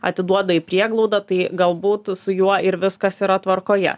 atiduoda į prieglaudą tai gal būtų su juo ir viskas yra tvarkoje